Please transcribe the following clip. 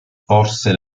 forse